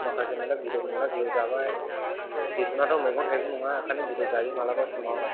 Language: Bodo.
माखासे मोनना बेदर जाबाय बेदर आथ' मैगं थाइगं नङा ओंखायनो बेदर जायो माब्लाबा समाव